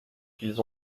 qu’ils